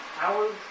hours